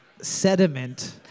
sediment